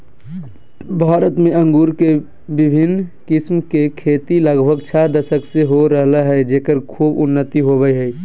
भारत में अंगूर के विविन्न किस्म के खेती लगभग छ दशक से हो रहल हई, जेकर खूब उन्नति होवअ हई